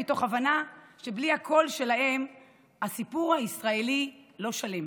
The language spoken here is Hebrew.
מתוך הבנה שבלי הקול שלהם הסיפור הישראלי לא שלם.